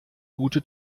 gute